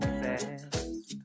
fast